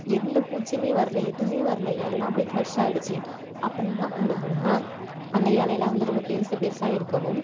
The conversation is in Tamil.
எந்த பூச்சியுமே வரல எதுவுமே வரல எல்லாமே அப்படியே ஃப்ரஷ்ஷாக ஆயிடுச்சு அப்புறம் என்ன பண்ணாங்கனா அந்த இலையிலாம் வந்து ரொம்ப பெருசு பெருசாக இருக்கவும்